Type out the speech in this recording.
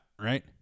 right